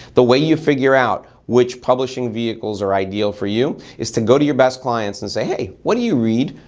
the way you figure out which publishing vehicles are ideal for you, is to go to your best clients and say, hey what do you read?